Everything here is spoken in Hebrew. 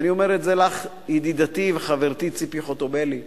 ואני אומר את זה לך, ידידתי וחברתי ציפי חוטובלי,